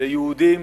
ליהודים